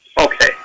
Okay